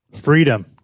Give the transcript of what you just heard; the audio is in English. freedom